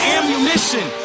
Ammunition